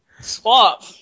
Swap